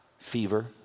Fever